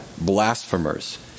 blasphemers